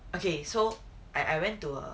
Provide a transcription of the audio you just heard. okay so I I went to a